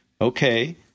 okay